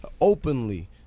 openly